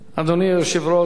אדוני היושב-ראש,